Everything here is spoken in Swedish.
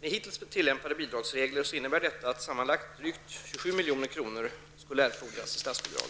Med hittills tillämpade bidragsregler innebär detta att sammanlagt drygt 27 milj.kr. skulle erfordras i statsbidrag.